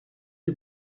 you